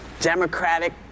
democratic